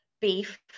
beef